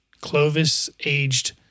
Clovis-aged